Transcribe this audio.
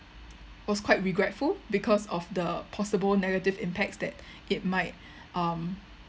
was quite regretful because of the possible negative impacts that it might um